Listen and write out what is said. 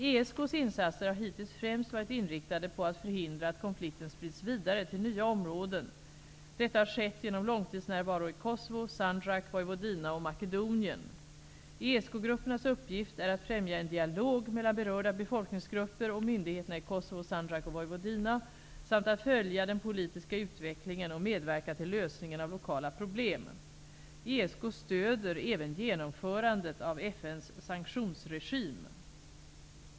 ESK:s insatser har hittills främst varit inriktade på att förhindra att konflikten sprids vidare till nya områden. Detta har skett genom långtidsnärvaro i ESK-gruppernas uppgift är att främja en dialog mellan berörda befolkningsgrupper och myndigheterna i Kosovo, Sandjak och Vojvodina samt att följa den politiska utvecklingen och medverka till lösningen av lokala problem. ESK stöder även genomförandet av FN:s sanktionsregim.